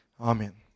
Amen